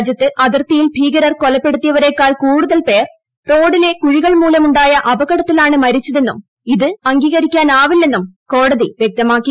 രാജ്യത്ത് അതിർത്തിയിൽ ഭീകരർ കൊലപ്പെടുത്തീയവരേക്കാൾ കൂടുതൽ പേർ റോഡിലെ കുഴികൾമൂലമൂണ്ടായ അപകടത്തിലാണ് മരിച്ചതെന്നും ഇത് സ്ഥ അംഗീകരിക്കാനാവില്ലെന്നും കോടതി വൃക്തമാക്കി